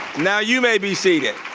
now you may be seated.